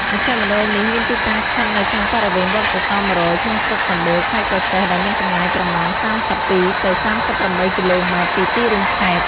មជ្ឈមណ្ឌលនេះមានទីតាំងស្ថិតនៅក្នុងបរិវេណ វត្តសសរ ១០០ ក្នុងស្រុកសំបូរ ខេត្តក្រចេះ ដែលមានចម្ងាយប្រមាណ ៣២-៣៨ គីឡូម៉ែត្រ ពីទីរួមខេត្ត ។